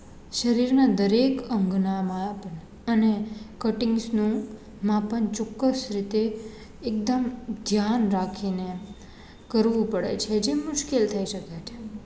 શરીરના દરેક અંગના માપને અને કટિંગ્સનું માપન ચોક્કસ રીતે એકદમ ધ્યાન રાખીને કરવું પડે છે જે મુશ્કેલ થઈ શકે છે